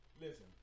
listen